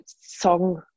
song